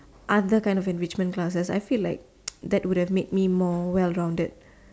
other kind of enrichment classes I feel like that would have made me more well rounded